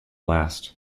last